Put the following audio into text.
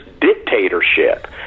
dictatorship